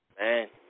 Man